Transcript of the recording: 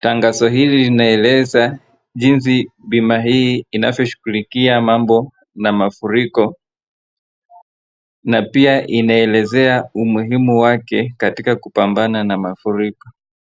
.Tangazo hili linaeleza jinsi bima hii inavyoshughilikia mambo na mafuriko . Na pia inaelezea umuhimu wake katika kupambana na mafuriko .